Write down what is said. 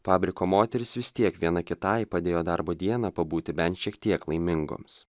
fabriko moterys vis tiek viena kitai padėjo darbo dieną pabūti bent šiek tiek laimingoms